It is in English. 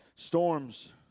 Storms